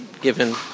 given